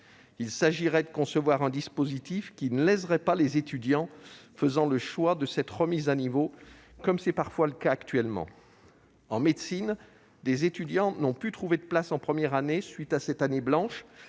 Il s'agirait de concevoir un dispositif qui ne léserait pas les étudiants faisant le choix de cette remise à niveau, comme c'est parfois le cas actuellement. Ainsi, en médecine, des étudiants n'ont pu trouver de places en première année à la suite de cette année blanche,